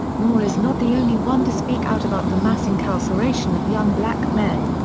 moore is not the only one to speak out about the mass incarceration of young black men.